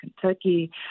Kentucky